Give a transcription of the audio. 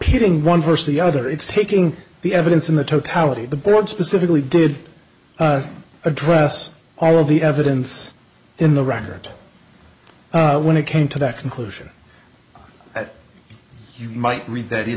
pitting one versus the other it's taking the evidence in the totality the board specifically did address all of the evidence in the record when it came to that conclusion you might read that in